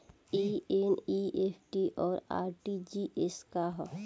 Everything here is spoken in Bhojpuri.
ई एन.ई.एफ.टी और आर.टी.जी.एस का ह?